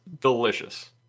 Delicious